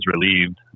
relieved